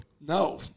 No